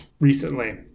recently